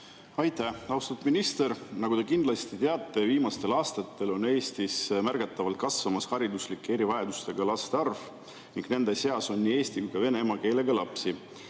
Aitäh! Austatud minister! Nagu te kindlasti teate, on viimastel aastatel Eestis märgatavalt kasvamas hariduslike erivajadustega laste arv ning nende seas on nii eesti kui ka vene emakeelega lapsi.